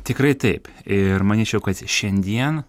tikrai taip ir manyčiau kad šiandien